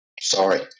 Sorry